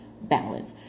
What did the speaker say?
balance